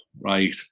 Right